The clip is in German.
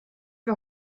wir